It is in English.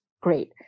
great